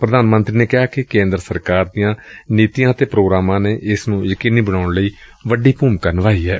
ਪ੍ਧਾਨ ਮੰਤਰੀ ਨੇ ਕਿਹਾ ਕਿ ਕੇਂਦਰ ਸਰਕਾਰ ਦੀਆਂ ਨੀਤੀਆਂ ਅਤੇ ਪ੍ਧੋਗਰਾਮਾਂ ਨੇ ਇਸ ਨੁੰ ਯਕੀਨੀ ਬਣਾਉਣ ਲਈ ਵੱਡੀ ਭੁਮਿਕਾ ਨਿਭਾਈ ਏ